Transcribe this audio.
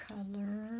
Color